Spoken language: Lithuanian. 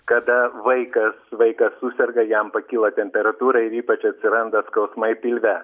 kada vaikas vaikas suserga jam pakyla temperatūra ir ypač atsiranda skausmai pilve